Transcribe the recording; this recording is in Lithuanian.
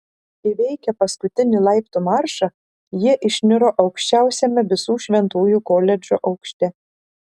įveikę paskutinį laiptų maršą jie išniro aukščiausiame visų šventųjų koledžo aukšte